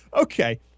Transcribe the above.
Okay